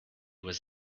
was